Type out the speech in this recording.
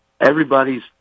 everybody's